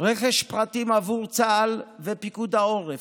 רכש פרטים עבור צה"ל ופיקוד העורף,